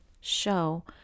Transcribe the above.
show